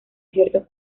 ciertos